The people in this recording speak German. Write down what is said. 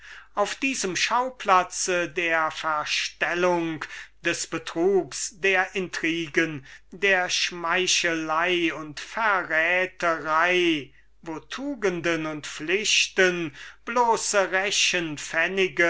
auf diesem theater der verstellung der betrügerei der intriguen der schmeichelei und verräterei wo tugenden und pflichten bloße